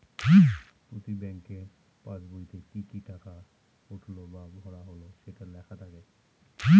প্রতি ব্যাঙ্কের পাসবইতে কি কি টাকা উঠলো বা ভরা হল সেটা লেখা থাকে